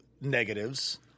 negatives